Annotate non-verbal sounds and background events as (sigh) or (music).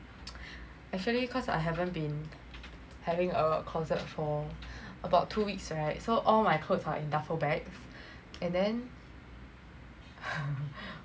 actually cause I haven't been having a closet for about two weeks right so all my clothes are in duffel bag and then (laughs)